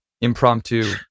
impromptu